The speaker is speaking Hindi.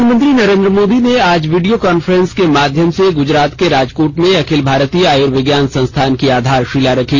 प्रधानमंत्री नरेन्द्र मोदी ने आज वीडियो कॉन्फ्रेंस के माध्यम से गुजरात के राजकोट में अखिल भारतीय आयुर्विज्ञान संस्थान की आधारशिला रखी